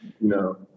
No